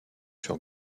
sur